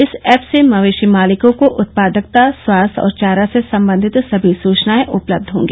इस ऐप से मवेशी मालिकॉ को उत्पादकता स्वास्थ्य और चारा से संबंधित समी सूचनाएं उपलब्ध होंगी